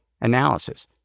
analysis